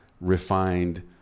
refined